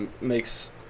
makes